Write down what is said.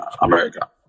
America